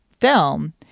film